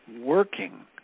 working